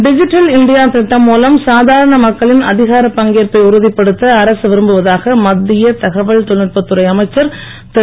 digital India திட்டம் மூலம் சாதாரண மக்களின் அதிகாரப் பங்கேற்பை உறுதிப்படுத்த அரசு விரும்புவதாக மத்திய தகவல் தொழில்நுட்பத் துறை அமைச்சர் திரு